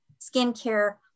skincare